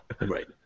Right